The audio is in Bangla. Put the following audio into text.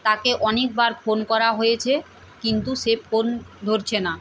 তাকে অনেকবার ফোন করা হয়েছে কিন্তু সে ফোন ধরছে না